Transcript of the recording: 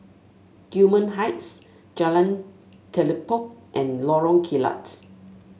Gillman Heights Jalan Telipok and Lorong Kilat